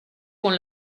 con